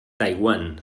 taiwan